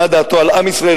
מה דעתו על עם ישראל,